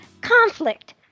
Conflict